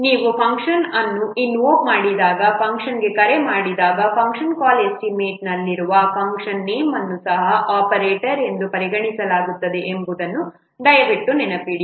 ನೀವು ಫಂಕ್ಷನ್ ಅನ್ನು ಇನ್ವೊಕ್ ಮಾಡಿದಾಗ ಫಂಕ್ಷನ್ಗೆ ಕರೆ ಮಾಡಿದಾಗ ಫಂಕ್ಷನ್ ಕಾಲ್ ಸ್ಟೇಟ್ಮೆಂಟ್ನಲ್ಲಿನನಲ್ಲಿರುವ ಫಂಕ್ಷನ್ ನೇಮ್ ಅನ್ನು ಸಹ ಆಪರೇಟರ್ ಎಂದು ಪರಿಗಣಿಸಲಾಗುತ್ತದೆ ಎಂಬುದನ್ನು ದಯವಿಟ್ಟು ನೆನಪಿಡಿ